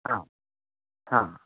हां हां